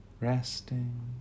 Resting